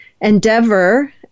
endeavor